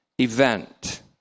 event